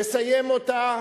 לסיים אותה,